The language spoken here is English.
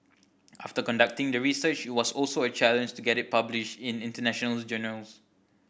after conducting the research it was also a challenge to get it published in international journals